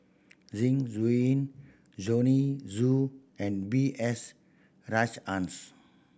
Zeng Shouyin Joanne Soo and B S Rajhans